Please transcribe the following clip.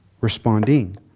Responding